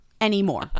anymore